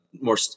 more